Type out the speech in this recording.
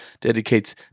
dedicates